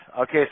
Okay